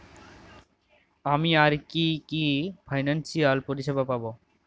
আমি আর কি কি ফিনান্সসিয়াল পরিষেবা পাব?